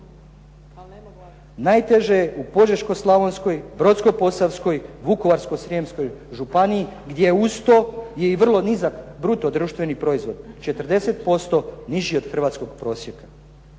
Najteže je u Požeško-slavonskoj, Brodsko-posavskoj, Vukovarsko-srijemskoj županiji gdje uz to je i vrlo nizak bruto društveni proizvod, 40% niži od hrvatskog prosjeka.